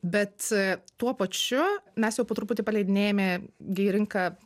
bet tuo pačiu mes jau po truputį paleidinėjame į rinką